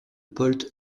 polt